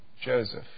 Joseph